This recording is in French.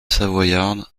savoyarde